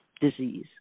disease